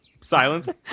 silence